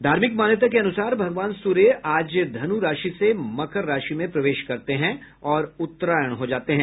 धार्मिक मान्यता के अनुसार भगवान सूर्य आज धनु राशि से मकर राशि में प्रवेश करते हैं और उत्तरायण हो जाते हैं